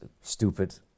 stupid